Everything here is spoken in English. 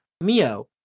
Mio